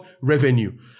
revenue